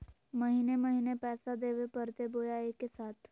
महीने महीने पैसा देवे परते बोया एके साथ?